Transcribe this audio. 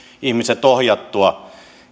ihmiset ohjattua